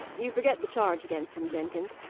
you forget the charge against him, jenkins.